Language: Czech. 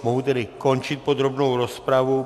Mohu tedy končit podrobnou rozpravu.